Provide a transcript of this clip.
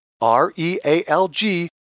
R-E-A-L-G